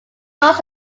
lost